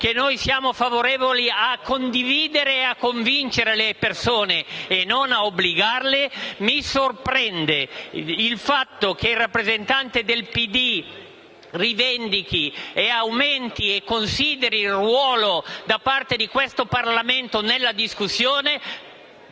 che noi siamo favorevoli a condividere ed a convincere le persone e non ad obbligarle, mi sorprende il fatto che il rappresentante del PD rivendichi il ruolo di questo Parlamento nella discussione;